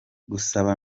gusaba